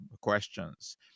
questions